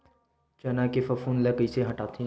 चना के फफूंद ल कइसे हटाथे?